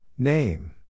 Name